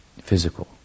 physical